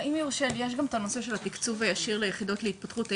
אם יורשה לי יש גם את הנושא של התקצוב הישיר ליחידות להתפתחות הילד,